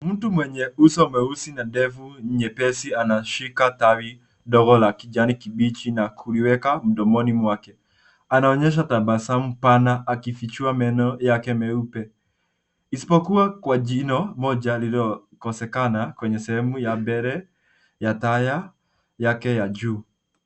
Mtu mwenye uso mweusi na ndevu nyepesi anashika tawi dogo la kijani kibichi na kuliweka mdomoni mwake. Anaonyesha tabasamu pana akifichua meno yake meupe, isipokuwa kwa jino moja lililokosekana kwenye sehemu ya mbele ya taya yake ya juu.